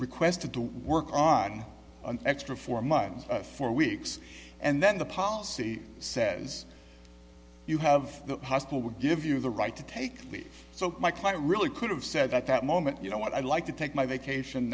requested to work on an extra four months four weeks and then the policy says you have the hospital would give you the right to take leave so my client really could have said at that moment you know what i'd like to take my vacation